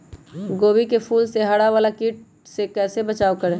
गोभी के फूल मे हरा वाला कीट से कैसे बचाब करें?